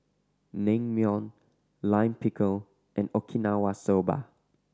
Naengmyeon Lime Pickle and Okinawa Soba